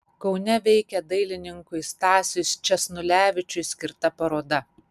kaune veikia dailininkui stasiui sčesnulevičiui skirta paroda